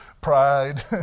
pride